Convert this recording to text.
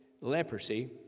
leprosy